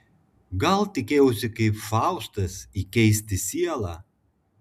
gal tikėjausi kaip faustas įkeisti sielą